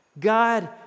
God